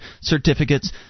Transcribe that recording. certificates